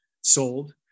sold